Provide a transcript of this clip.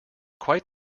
quite